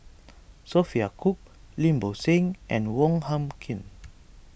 Sophia Cooke Lim Bo Seng and Wong Hung Khim